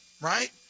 right